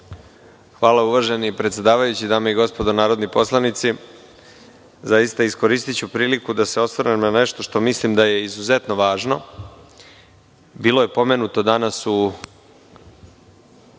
Hvala uvaženi predsedavajući, dame i gospodo narodni poslanici, zaista iskoristiću priliku da se osvrnem na nešto što mislim da je izuzetno važno, bilo je pomenuto danas u